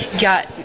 got